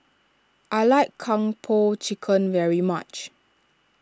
I like Kung Po Chicken very much